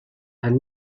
and